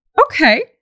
okay